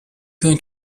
going